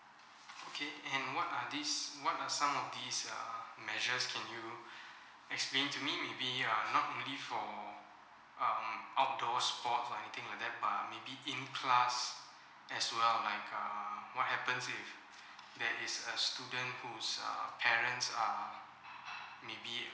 okay and what are these what are some of these uh measures can you explain to me maybe uh not really for um outdoors sports or anything like that but maybe in class as well like err what happens if there is a student whose err parents are maybe